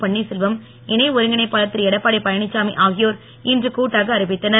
பன்னீர்செல்வம் இணை ஒருங்கிணைப்பாளர் திருஎடப்பாடிபழனிச்சாமி ஆகியோர் இன்று கூட்டாக அறிவித்துள்ளனர்